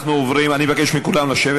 אני מבקש מכולם לשבת.